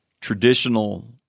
traditional